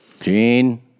Gene